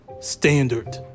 standard